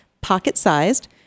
pocket-sized